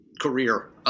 career